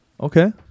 Okay